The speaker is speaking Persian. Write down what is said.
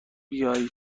بیایی